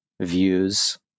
views